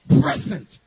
present